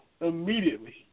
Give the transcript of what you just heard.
immediately